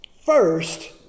first